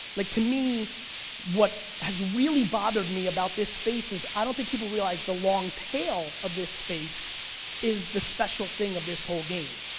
like to me what has really bothered me about this space is i don't think people realize the long tail of this space is the special thing of the whole game,